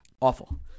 Awful